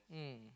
mm